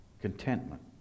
contentment